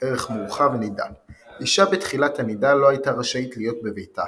ערך מורחב – נידה אישה בתחילת הנידה לא הייתה רשאית להיות בביתה